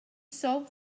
solve